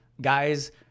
Guys